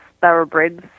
thoroughbreds